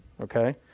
Okay